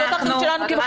זאת האחריות שלנו כמחוקקים.